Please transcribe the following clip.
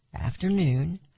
afternoon